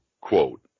quote